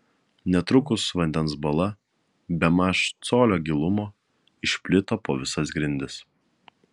netrukus vandens bala bemaž colio gilumo išplito po visas grindis